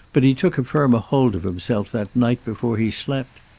but he took a firmer hold of himself that night before he slept.